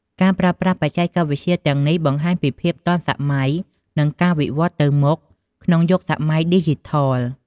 ការប្រើប្រាស់បច្ចេកវិទ្យាទាំងនេះបង្ហាញពីភាពទាន់សម័យ និងការវិវឌ្ឍទៅមុខក្នុងយុគសម័យឌីជីថល។